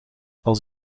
als